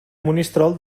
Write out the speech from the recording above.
monistrol